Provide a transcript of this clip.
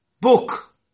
book